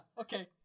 Okay